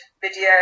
video